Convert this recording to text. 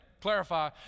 clarify